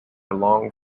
long